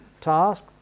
task